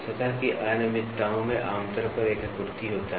सतह की अनियमितताओं में आमतौर पर एक आकृति होता है